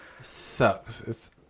sucks